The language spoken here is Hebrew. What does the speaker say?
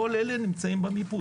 כל אלה נמצאים במיפוי.